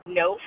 no